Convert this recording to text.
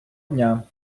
дня